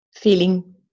Feeling